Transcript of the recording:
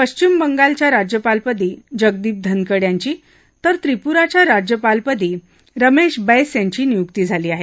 पश्चिम बंगालच्या राज्यपालपदी जगदीप धनकड यांची तर त्रिपुराच्या राज्यपालपदी रमेश बैस यांची नियुक्ती झाली आहे